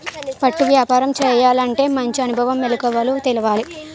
పట్టు వ్యాపారం చేయాలంటే మంచి అనుభవం, మెలకువలు తెలవాలి